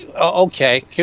okay